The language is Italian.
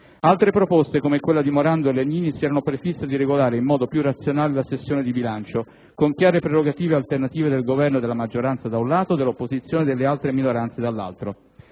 Altre proposte, come quella dei senatori Morando e Legnini, si erano prefisse di regolare in modo più razionale la sessione di bilancio, con chiare prerogative alternative del Governo e della maggioranza, da un lato, dell'opposizione e delle altre minoranze, dall'altro.